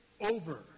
over